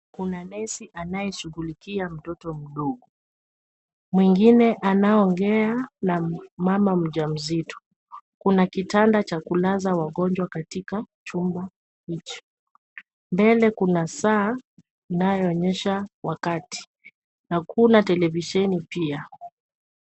Kuna nesi anayeshughulikia mtoto mdogo, mwingine anaongea na mama mja mzito, kuna kitanda cha kulaza wagonjwa katika chumba hicho, mbele kuna saa inayoonyesha wakati, na kuna televisheni pia.